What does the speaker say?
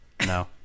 no